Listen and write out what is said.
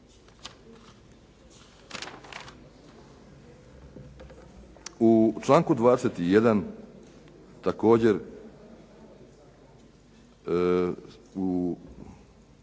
U članku 21. također u